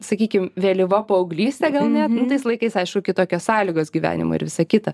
sakykim vėlyva paauglystė gal ne tais laikais aišku kitokios sąlygos gyvenimo ir visa kita